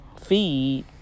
feed